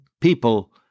people